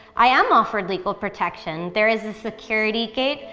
i am offered legal protection. there is a security gate,